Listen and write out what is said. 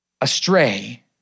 astray